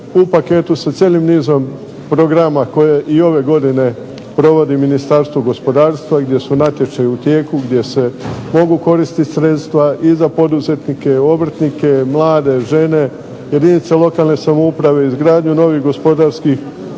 u paketu sa cijelim nizom programa koje i ove godine provodi Ministarstvo gospodarstva i gdje su natječaji u tijeku, gdje se mogu koristiti sredstva i za poduzetnike, obrtnike, mlade, žene jedinice lokalne samouprave, izgradnju novih gospodarskih zona.